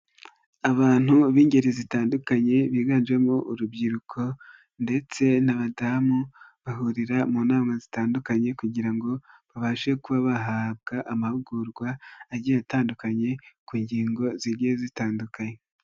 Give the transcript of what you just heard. Abantu b'ingeri zitandukanye biganjemo urubyiruko ndetse n'abadamu bahurira mu nama zitandukanye kugira ngo babashe kuba bahabwa amahugurwa agiye atandukanye ku ngingo zigiye zitandukanye.